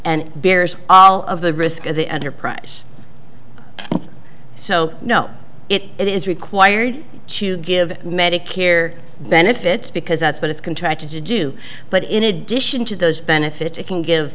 and bears all of the risk of the enterprise so no it is required to give medicare benefits because that's what it's contracted to do but in addition to those benefits it can give